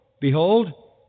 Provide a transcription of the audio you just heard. Behold